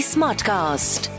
Smartcast